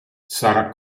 sarah